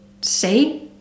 say